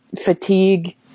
fatigue